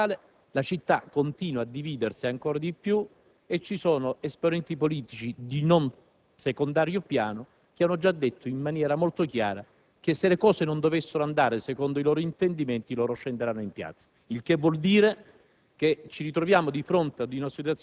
sotto il profilo strettamente locale, la città continua a dividersi ancora di più ed esponenti politici di non secondario piano hanno già detto in maniera molto chiara che, qualora le cose non dovessero andare secondo i loro intendimenti, scenderanno in piazza.